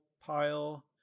pile